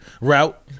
route